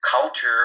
culture